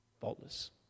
faultless